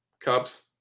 cups